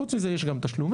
חוץ מזה יש גם תשלומים,